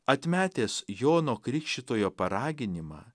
atmetęs jono krikštytojo paraginimą